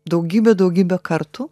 daugybę daugybę kartų